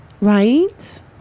Right